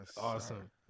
Awesome